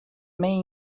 may